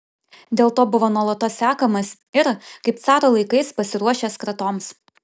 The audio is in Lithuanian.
dėl to buvo nuolatos sekamas ir kaip caro laikais pasiruošęs kratoms